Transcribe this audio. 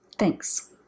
Thanks